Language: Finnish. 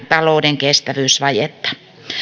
talouden kestävyysvajetta